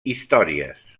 històries